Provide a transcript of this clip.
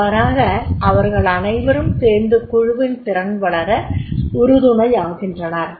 அவ்வாறாக அவர்களனைவரும் சேர்ந்து குழுவின் திறன் வளர உருதுணையாகின்றனர்